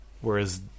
whereas